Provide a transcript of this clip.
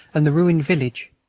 and the ruined village.